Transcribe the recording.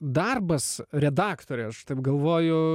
darbas redaktorė aš taip galvoju